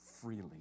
freely